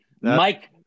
mike